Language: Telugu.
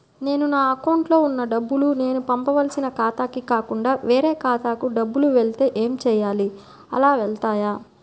నేను నా అకౌంట్లో వున్న డబ్బులు నేను పంపవలసిన ఖాతాకి కాకుండా వేరే ఖాతాకు డబ్బులు వెళ్తే ఏంచేయాలి? అలా వెళ్తాయా?